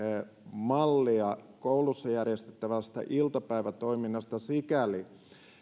mallia koulussa järjestettävästä iltapäivätoiminnasta sikäli